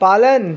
पालन